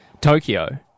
Tokyo